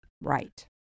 Right